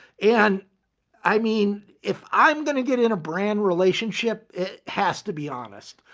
and i mean, if i'm going to get in a brand relationship it has to be honest.